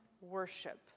worship